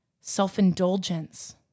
self-indulgence